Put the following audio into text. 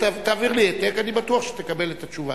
תעביר לי העתק, אני בטוח שתקבל את התשובה.